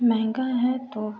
महंगा है तो